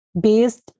based